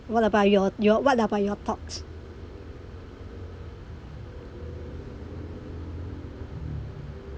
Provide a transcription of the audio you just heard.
what about your your what about your thoughts